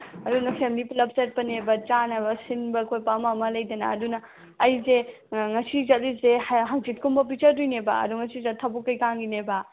ꯑꯗꯨꯅ ꯐꯦꯃꯤꯂꯤ ꯄꯨꯂꯞ ꯆꯠꯄꯅꯦꯕ ꯆꯥꯅꯕ ꯁꯤꯟꯕ ꯈꯣꯠꯄ ꯑꯃ ꯑꯃ ꯂꯩꯗꯅ ꯑꯗꯨꯅ ꯑꯩꯁꯦ ꯉꯁꯤ ꯆꯠꯂꯤꯁꯦ ꯍꯥꯡꯆꯤꯠ ꯀꯨꯝꯕ ꯄꯤꯖꯗꯣꯏꯅꯦꯕ ꯑꯗꯣ ꯉꯁꯤꯁꯦ ꯊꯕꯛ ꯀꯩꯀꯥꯒꯤꯅꯦꯕ